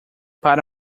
para